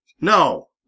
No